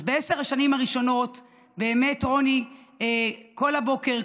בעשר השנים הראשונות באמת רוני כל הבוקר,